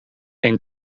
ein